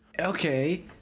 Okay